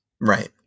Right